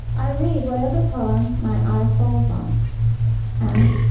i read what ever poem my eye falls on and,